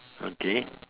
okay